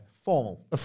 Formal